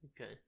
Okay